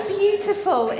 beautiful